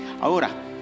Ahora